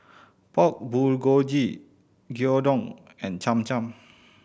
Pork Bulgogi Gyudon and Cham Cham